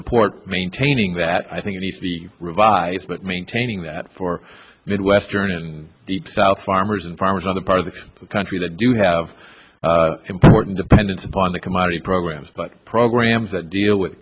support maintaining that i think it needs to be revised but maintaining that for midwestern and deep south farmers and farmers other part of the country that do have important dependence upon the commodity programs but programs that deal with